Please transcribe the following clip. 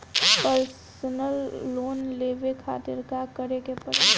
Personal loan लेवे खातिर का करे के पड़ी?